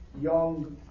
young